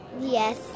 Yes